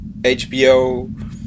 HBO